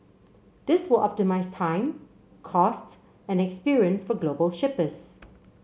this will optimise time cost and experience for global shippers